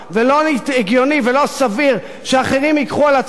ולא הגיוני ולא סביר שאחרים ייקחו על עצמם